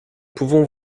pouvons